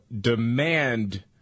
demand